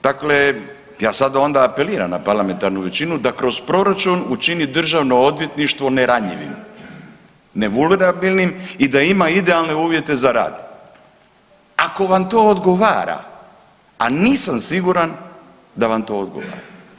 Dakle, ja sada onda apeliram na parlamentarnu većinu da kroz proračun učini državno odvjetništvo neranjivim, nevulnerabilnim i da ima idealne uvjete za rad, ako vam to odgovara, a nisam siguran da vam to odgovara.